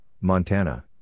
Montana